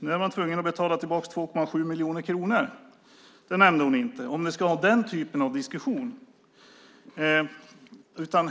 Nu är man tvungen att betala tillbaka 2,7 miljoner kronor. Det nämnde hon inte.